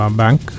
bank